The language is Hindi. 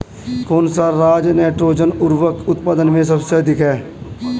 कौन सा राज नाइट्रोजन उर्वरक उत्पादन में सबसे अधिक है?